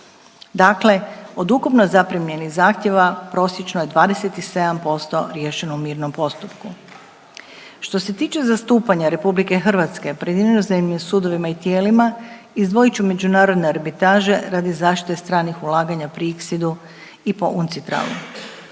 Dakle, od ukupno zaprimljenih zahtjeva prosječno je 27% riješeno u mirnom postupku. Što se tiče zastupanja RH pred inozemnim sudovima i tijelima izdvojit ću međunarodne arbitraže radi zaštite stranih ulaganja pri ICSID-u i po UNCITRAL-u.